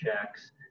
checks